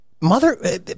Mother